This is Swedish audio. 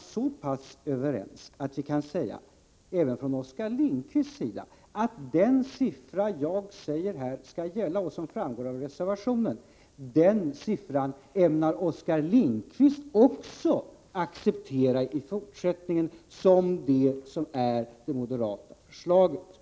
så pass överens att vi — det gäller alltså även Oskar Lindkvist— kan säga att den siffra som jag anger skall gälla. Denna siffra, som också angetts i reservation, skall i fortsättningen accepteras som den siffra som ligger till grund för det moderata förslaget.